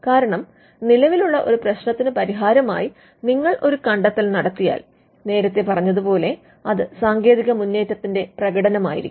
കാരണം നിലവിലുള്ള ഒരു പ്രശ്നത്തിന് പരിഹാരമായി നിങ്ങൾ ഒരു കണ്ടെത്തൽ നടത്തിയാൽ നേരത്തെ പറഞ്ഞത് പോലെ അത് സാങ്കേതിക മുന്നേറ്റത്തിന്റെ പ്രകടനമായിരിക്കും